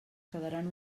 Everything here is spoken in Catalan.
quedaran